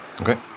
Okay